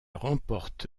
remporte